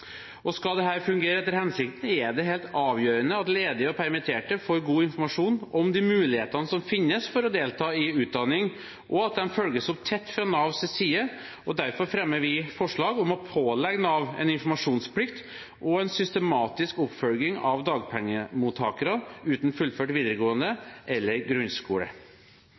helt avgjørende at ledige og permitterte får god informasjon om de mulighetene som finnes for å delta i utdanning, og at de følges opp tett fra Navs side. Derfor fremmer vi forslag til vedtak om å pålegge Nav en informasjonsplikt og en systematisk oppfølging av dagpengemottakere uten fullført videregående skole eller grunnskole.